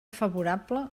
favorable